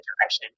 direction